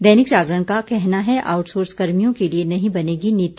दैनिक जागरण का कहना है आउटसोर्स कर्मियों के लिए नहीं बनेगी नीति